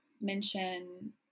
mention